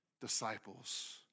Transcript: disciples